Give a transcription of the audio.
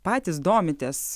patys domitės